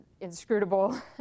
inscrutable